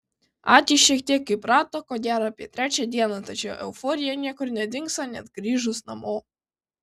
akys šiek tiek įprato ko gero apie trečią dieną tačiau euforija niekur nedingsta net grįžus namo